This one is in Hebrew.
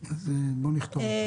יש לו צוות,